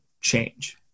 change